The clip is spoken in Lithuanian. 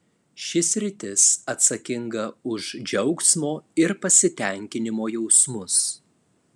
ši sritis atsakinga už džiaugsmo ir pasitenkinimo jausmus